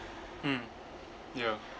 mm ya